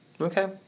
Okay